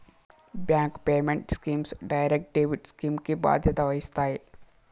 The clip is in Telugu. bank payment schemes direct debit scheme కి బాధ్యత వహిస్తాయి